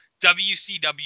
WCW